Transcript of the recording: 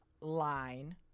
line